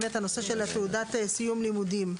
הנושא של תעודת סיום לימודים.